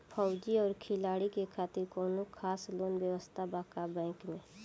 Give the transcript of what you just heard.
फौजी और खिलाड़ी के खातिर कौनो खास लोन व्यवस्था बा का बैंक में?